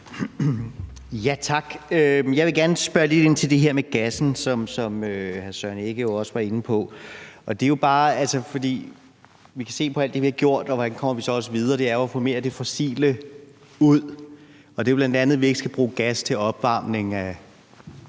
Tak. Jeg vil gerne spørge lidt ind til det her med gassen, som hr. Søren Egge Rasmussen også var inde på. Vi kan se på alt det, vi har gjort, og hvordan vi kommer videre, at det er ved at få mere af det fossile ud, og det er jo bl.a., at vi ikke skal bruge gas til opvarmning i